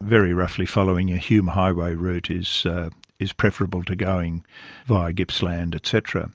very roughly following a hume highway route is is preferable to going via gippsland et cetera.